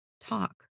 talk